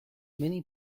many